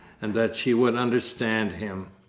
and that she would understand him.